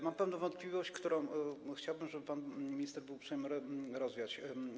Mam pewną wątpliwość i chciałbym, żeby pan minister był uprzejmy ją rozwiać.